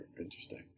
interesting